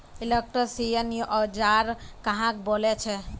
Electrician औजार कहाक बोले छे?